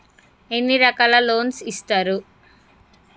ఎన్ని రకాల లోన్స్ ఇస్తరు?